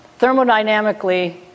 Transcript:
thermodynamically